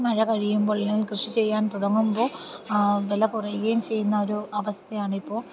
മഴ കഴിയുമ്പോൾ അല്ലെങ്കിൽ കൃഷി ചെയ്യാൻ തുടങ്ങുമ്പോൾ വില കുറയുകയും ചെയ്യുന്ന ഒരു അവസ്ഥയാണ് ഇപ്പോൾ